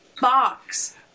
box